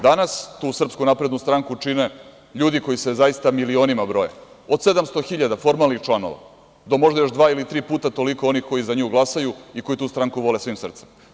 Danas tu SNS čine ljudi koji se zaista milionima broje, od 700 hiljada formalnih članova do možda još dva ili tri puta toliko onih koji za nju glasaju i koji tu stranku vole svim srcem.